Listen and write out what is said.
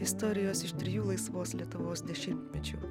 istorijos iš trijų laisvos lietuvos dešimtmečių